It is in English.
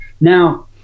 Now